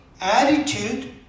attitude